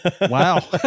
Wow